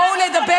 בואו נדבר,